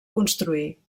construir